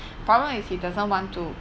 problem is he doesn't want to